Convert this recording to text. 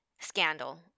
scandal